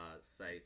site